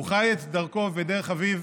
הוא חי את דרכו ודרך אביו,